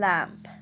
Lamp